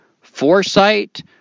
foresight